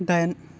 दाइन